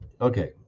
okay